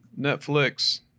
Netflix